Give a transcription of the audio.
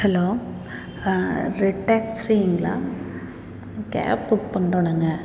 hello red டேக்ஸிங்களா cab book பண்ணுறோம் நாங்கள்